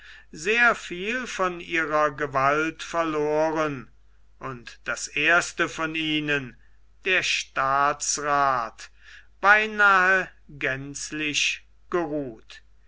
sehr viel von ihrer gewalt verloren und das erste von ihnen der staatsrath beinahe gänzlich geruht